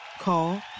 Call